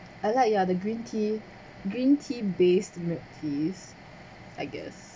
I like ya the green tea green tea based milk teas I guess